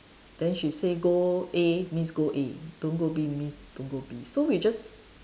then she say go A means go A don't go B means don't go B so we just